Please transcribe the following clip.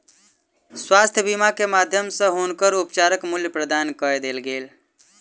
स्वास्थ्य बीमा के माध्यम सॅ हुनकर उपचारक मूल्य प्रदान कय देल गेल